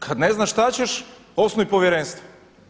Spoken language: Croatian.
Kad ne znaš šta ćeš osnuj povjerenstvo.